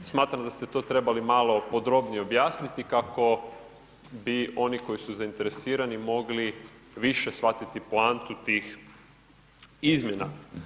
Smatram da ste to trebali malo podrobnije objasniti kako bi oni koji su zainteresirani mogli više shvatiti poantu tih izmjena.